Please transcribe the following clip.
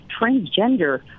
transgender